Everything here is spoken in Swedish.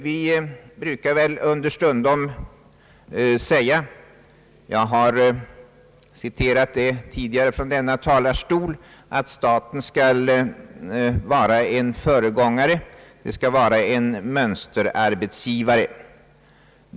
Understundom brukar vi ju säga — jag har citerat det tidigare från denna talarstol — att staten skall vara föregångare och mönsterarbetsgivare.